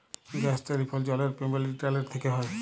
gas, telephone, জলের payment internet থ্যকে হয়